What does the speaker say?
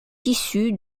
issus